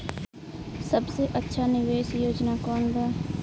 सबसे अच्छा निवेस योजना कोवन बा?